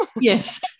yes